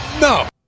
No